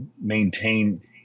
maintain